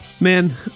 Man